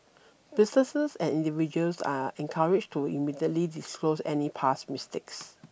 businesses and individuals are encouraged to immediately disclose any past mistakes